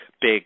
big